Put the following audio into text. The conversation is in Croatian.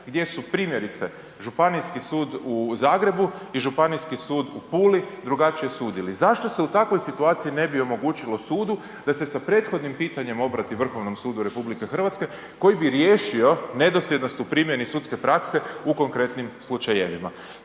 gdje su primjerice Županijski sud u Zagrebu i Županijski sud u Puli drugačije sudili. Zašto se u takvoj situaciju ne bi omogućilo sudu, da se sa prethodnim pitanjem obrati Vrhovnom sudu RH, koji bi riješio nedosljednost u primjenu sudske prakse u konkretnim slučajevima?